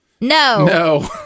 No